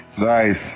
Nice